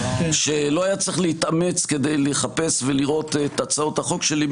לא היה צריך להתאמץ כדי לחפש ולראות את הצעות החוק שלי,